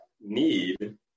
need